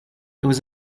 was